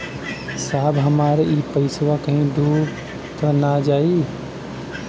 साहब हमार इ पइसवा कहि डूब त ना जाई न?